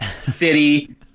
city